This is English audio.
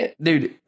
Dude